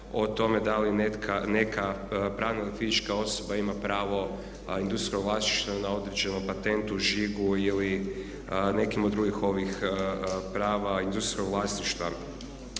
o tome da li neka pravna ili fizička osoba ima pravo industrijskog vlasništva na određenom patentu, žigu ili nekim od drugih ovih prava industrijskog vlasništva.